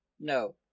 No